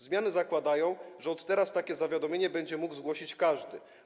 Zmiany zakładają, że od teraz takie zawiadomienie będzie mógł zgłosić każdy.